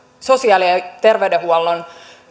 sosiaali ja terveydenhuollon